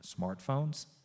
smartphones